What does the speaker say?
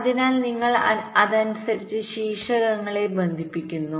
അതിനാൽ നിങ്ങൾ അതനുസരിച്ച് ശീർഷങ്ങളെ ബന്ധിപ്പിക്കുന്നു